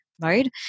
mode